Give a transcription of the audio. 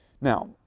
Now